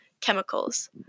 chemicals